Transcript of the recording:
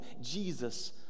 Jesus